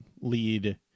lead